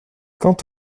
quant